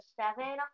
seven